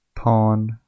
Pawn